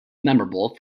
memorable